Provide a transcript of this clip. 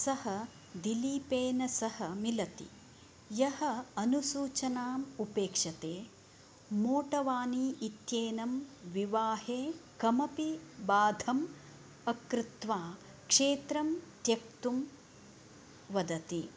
सः दिलीपेन सह मिलति यः अनुसूचनाम् उपेक्षते मोटवानी इत्येनं विवाहे कमपि बाधम् अकृत्वा क्षेत्रं त्यक्तुं वदति